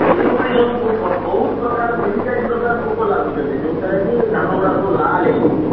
ଏଇଭଳି ସବୁ ବହୁତ ପ୍ରକାର ତିନି ଚାରି ପ୍ରକାର ପୋକ ଲାଗୁଛନ୍ତି ଯେଉଁ ଦ୍ୱାରା କି ଧାନଗୁଡ଼ା ସବୁ ଲାଲ ହେଇଯାଇଛି